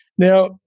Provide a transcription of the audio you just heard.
Now